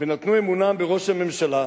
ונתנו אמונם בראש הממשלה,